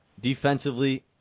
defensively